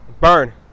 Burn